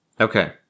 Okay